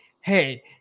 Hey